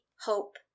hope